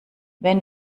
wenn